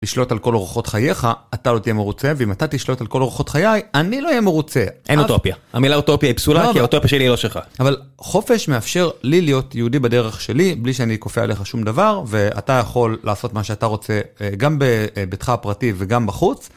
לשלוט על כל אורחות חייך אתה לא תהיה מרוצה ואם אתה תשלוט על כל אורחות חיי אני לא אהיה מרוצה. אין אוטופיה המילה אוטופיה היא פסולה כי האוטופיה שלי היא לא שלך. אבל חופש מאפשר לי להיות יהודי בדרך שלי בלי שאני כופה עליך שום דבר ואתה יכול לעשות מה שאתה רוצה גם בביתך הפרטי וגם בחוץ.